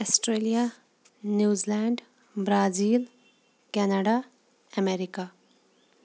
Australia New Zealand Brazil Canada America